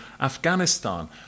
Afghanistan